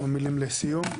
כמה מילים לסיום.